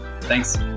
Thanks